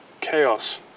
chaos